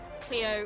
Cleo